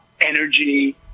energy